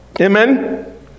amen